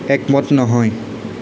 একমত নহয়